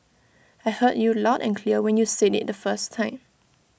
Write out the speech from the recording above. I heard you loud and clear when you said IT the first time